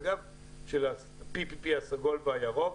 של ה-PPP הסגול והירוק,